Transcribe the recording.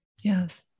Yes